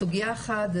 סוגייה אחת,